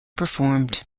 performed